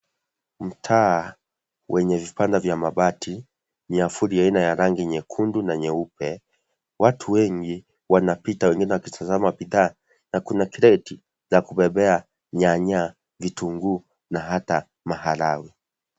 Mtaa wenye vibanda vya mabati myavuli aina ya rangi ya nyekundu na nyeupe, watu wengi wanapita wengine wakitazama bidhaa na kuna kreti za kubebea nyanya, vitunguu na hata maharagwe.